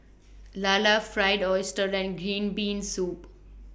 Lala Fried Oyster and Green Bean Soup